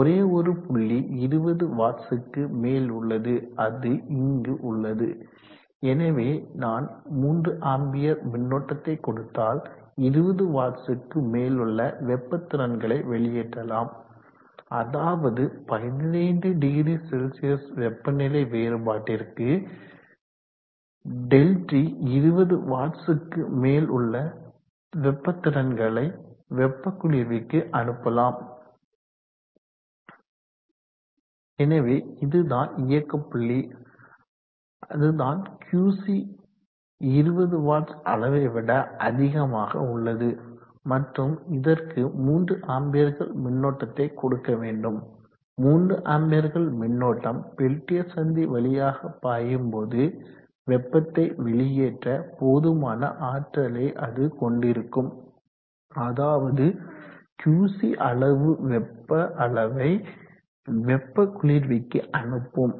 ஒரே ஒரு புள்ளி 20 வாட்ஸ்கு மேல் உள்ளது அது இங்கு உள்ளது எனவே நான் 3 A மின்னோட்டத்தை கொடுத்தால் 20 வாட்ஸ்கு மேல் உள்ள வெப்ப திறன்களை வெளியேற்றலாம் அதாவது 150C வெப்பநிலை வேறுபாட்டிற்கு Δt 20 வாட்ஸ்கு மேல் உள்ள வெப்ப திறன்களை வெப்ப குளிர்விக்கு அனுப்பலாம் எனவே இதுதான் இயக்கப்புள்ளி அதுதான் Qc 20 வாட்ஸ் அளவை விட அதிகமாக உள்ளது மற்றும் இதற்கு 3 ஆம்பியர்கள் மின்னோட்டத்தை கொடுக்க வேண்டும் 3 ஆம்பியர்கள் மின்னோட்டம் பெல்டியர் சந்தி வழியாக பாயும்போது வெப்பத்தை வெளியேற்ற போதுமான ஆற்றலை அது கொண்டிருக்கும் அதாவது Qc அளவு வெப்ப அளவை வெப்ப குளிர்விக்கு அனுப்பும்